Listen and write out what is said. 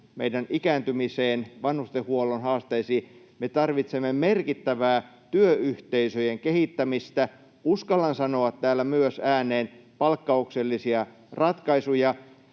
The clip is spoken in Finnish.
meidän ikääntymiseen, vanhustenhuollon haasteisiin — merkittävää työyhteisöjen kehittämistä ja — uskallan sanoa täällä myös ääneen — palkkauksellisia ratkaisuja.